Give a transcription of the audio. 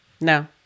no